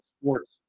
sports